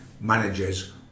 managers